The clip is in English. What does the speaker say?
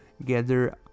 Gather